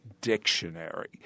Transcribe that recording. dictionary